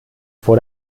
vor